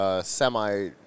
semi